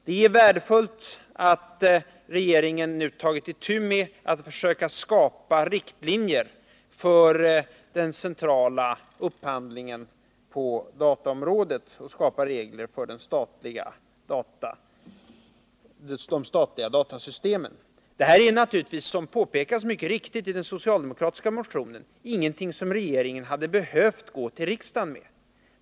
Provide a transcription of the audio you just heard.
Det är värdefullt att regeringen nu har tagit itu med att försöka skapa riktlinjer för den centrala upphandlingen på dataområdet och regler för de statliga datasystemen. Detta är naturligtvis, som mycket riktigt påpekas i den socialdemokratiska motionen, ingenting som regeringen hade behövt gå till riksdagen med.